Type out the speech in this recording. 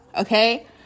okay